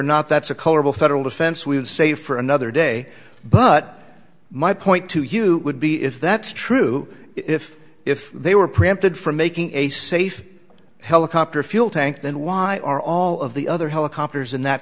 not that's a colorable federal defense we would say for another day but my point to you would be if that's true if if they were preempted for making a safe helicopter fuel tank then why are all of the other helicopters in that